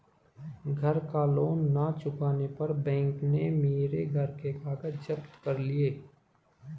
घर का लोन ना चुकाने पर बैंक ने मेरे घर के कागज जप्त कर लिए